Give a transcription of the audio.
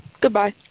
goodbye